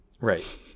right